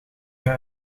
hij